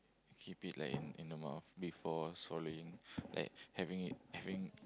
keep it like in in the mouth before swallowing like having it having